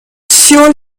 seoul